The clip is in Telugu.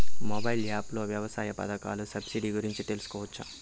మొబైల్ యాప్ లో వ్యవసాయ పథకాల సబ్సిడి గురించి తెలుసుకోవచ్చా?